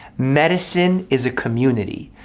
medicine is a community.